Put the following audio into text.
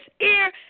ear